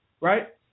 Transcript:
right